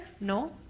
No